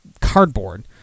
cardboard